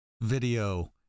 video